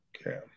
Okay